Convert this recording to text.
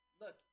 Look